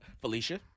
Felicia